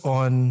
on